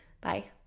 Bye